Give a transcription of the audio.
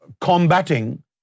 combating